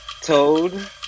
Toad